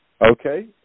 Okay